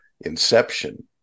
inception